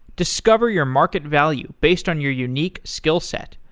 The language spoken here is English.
discover your market value based on your unique skillset.